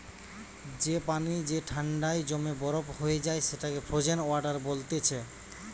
যে পানি যে ঠান্ডায় জমে বরফ হয়ে যায় সেটাকে ফ্রোজেন ওয়াটার বলতিছে